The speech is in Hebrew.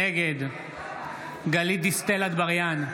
נגד גלית דיסטל אטבריאן,